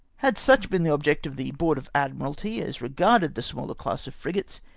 had such been the object of the board of admiralty as re garded the smaller class of frigates,